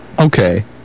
okay